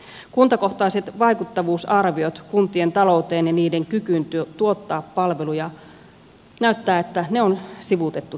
näyttää että kuntakohtaiset vaikuttavuusarviot kuntien talouteen ja niiden kykyyn tuottaa palveluja on sivuutettu täysin